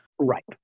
right